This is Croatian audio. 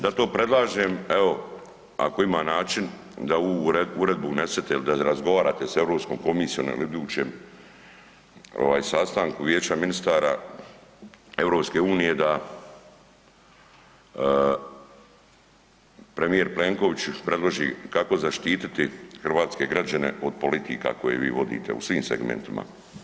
Zato predlažem evo ako ima način da u uredbu unesete ili da razgovarate s Europskom komisijom ili na idućem sastanku Vijeća ministara EU da premijer Plenković još predloži kako zaštiti hrvatske građane od politika koje vi vodite u svim segmentima.